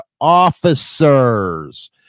officers